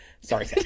sorry